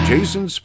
Jason